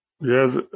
yes